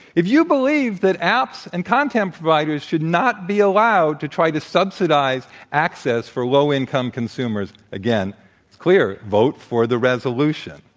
if you believe that apps and content providers should not be allowed to try to subsidize access for low income consumers, again it's clear, vote for the resolution,